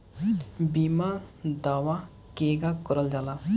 बीमा दावा केगा करल जाला?